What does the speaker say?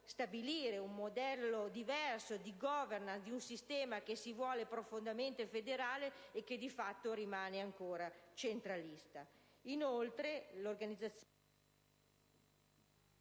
stabilire un modello diverso di *governance* di un sistema che si vuole profondamente federale e che di fatto rimane ancora centralista.